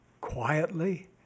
quietly